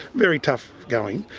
very tough going,